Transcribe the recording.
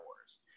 Wars